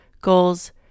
goals